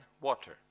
water